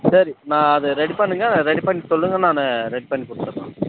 சரி நான் அது ரெடி பண்ணுங்கள் ரெடி பண்ணிவிட்டு சொல்லுங்கள் நானு ரெடி பண்ணிகொடுத்துடுற